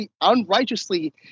unrighteously